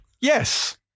Yes